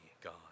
God